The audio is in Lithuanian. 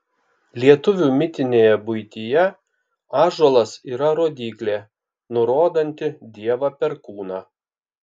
lietuvių mitinėje buityje ąžuolas yra rodyklė nurodanti dievą perkūną